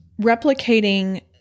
replicating